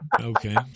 Okay